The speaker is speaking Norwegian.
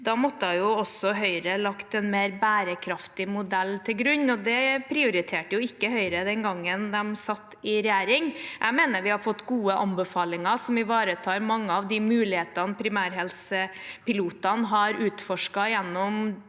måtte Høyre ha lagt en mer bærekraftig modell til grunn. Det prioriterte ikke Høyre den gangen de satt i regjering. Vi har fått gode anbefalinger som ivaretar mange av de mulighetene primærhelsepilotene har utforsket gjennom